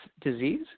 disease